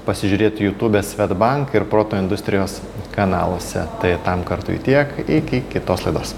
pasižiūrėt jutube svedbank ir proto industrijos kanaluose tai tam kartui tiek iki kitos laidos